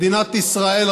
מדינת ישראל,